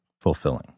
fulfilling